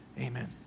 Amen